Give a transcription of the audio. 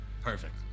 Perfect